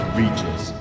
reaches